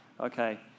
Okay